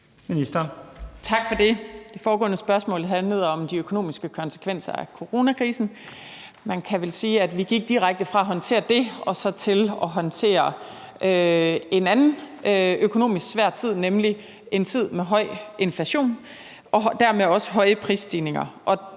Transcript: Tak for det. Det foregående spørgsmål handlede om de økonomiske konsekvenser af coronakrisen. Man kan vel sige, at vi gik direkte fra at håndtere det til at håndtere en anden økonomisk svær tid, nemlig en tid med høj inflation og dermed også høje prisstigninger.